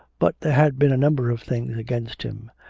but there had been a number of things against him,